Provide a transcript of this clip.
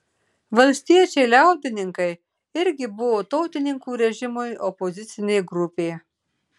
valstiečiai liaudininkai irgi buvo tautininkų režimui opozicinė grupė